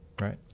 Right